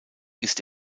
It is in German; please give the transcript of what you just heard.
ist